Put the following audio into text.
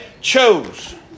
chose